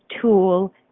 tool